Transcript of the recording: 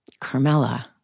Carmella